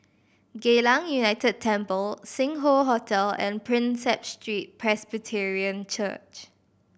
Geylang United Temple Sing Hoe Hotel and Prinsep Street Presbyterian Church